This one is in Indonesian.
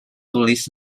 tulis